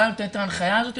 הוא היה נותן את ההנחיה הזאת.